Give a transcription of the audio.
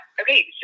okay